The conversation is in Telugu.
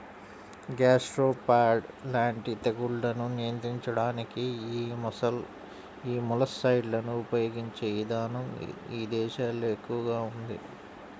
గ్యాస్ట్రోపాడ్ లాంటి తెగుళ్లను నియంత్రించడానికి యీ మొలస్సైడ్లను ఉపయిగించే ఇదానం ఇదేశాల్లో ఎక్కువగా ఉంది